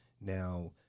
now